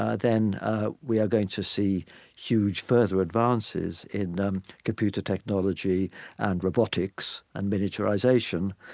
ah then we are going to see huge further advances in computer technology and robotics and miniaturization.